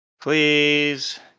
Please